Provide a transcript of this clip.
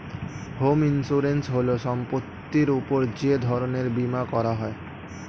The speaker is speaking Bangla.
হোম ইন্সুরেন্স হল সম্পত্তির উপর যে ধরনের বীমা করা হয়